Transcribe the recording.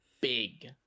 big